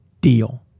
deal